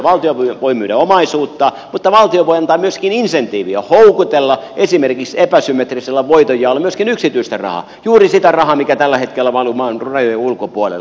valtio voi myydä omaisuutta mutta valtio voi antaa myöskin insentiiviä houkutella esimerkiksi epäsymmetrisellä voitonjaolla myöskin yksityistä rahaa juuri sitä rahaa mikä tällä hetkellä valuu maan rajojen ulkopuolelle